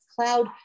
cloud